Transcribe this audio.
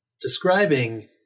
describing